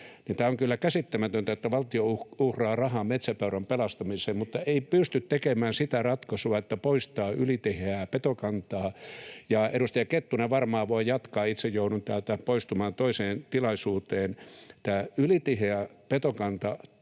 Tämä on kyllä käsittämätöntä, että valtio uhraa rahaa metsäpeuran pelastamiseen, [Petri Hurun välihuuto] mutta ei pysty tekemään sitä ratkaisua, että poistaa ylitiheää petokantaa. Edustaja Kettunen varmaan voi jatkaa. Itse joudun täältä poistumaan toiseen tilaisuuteen. Tämä ylitiheä petokanta